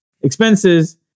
expenses